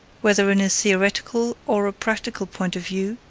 whether in a theoretical or a practical point of view,